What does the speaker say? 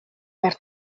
verd